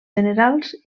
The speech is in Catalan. generals